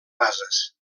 bases